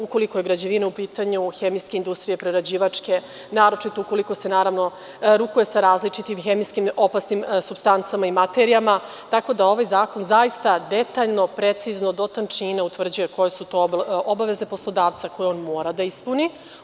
Ukoliko je građevina u pitanju, hemijske industrije, prerađivačke, naročito ukoliko se, naravno, rukuje sa različitim hemijskim opasnim supstancama i materijama, tako da ovaj zakon zaista detaljno, precizno, do tančina utvrđuje koje su to obaveze poslodavca koje on mora da učini.